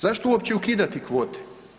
Zašto uopće ukidati kovte?